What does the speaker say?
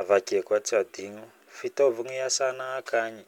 avakeo koa tsy adigno fitaovagna iasana akagny